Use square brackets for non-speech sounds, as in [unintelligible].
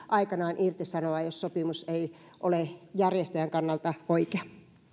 [unintelligible] aikanaan irtisanoa sopimuksen jos sopimus ei ole järjestäjän kannalta oikea